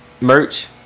Merch